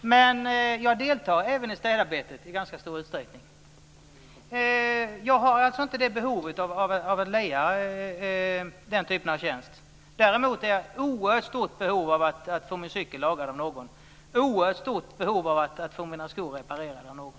men jag deltar även i städarbetet i ganska stor utsträckning. Jag har inte behovet att leja den typen av tjänst. Jag är däremot i oerhört stort behov av att få min cykel lagad av någon och i oerhört stort behov av att få mina skor reparerade av någon.